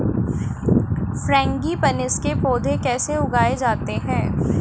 Frangipanis के पौधे कैसे उगाए जाते हैं?